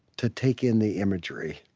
to take in the imagery.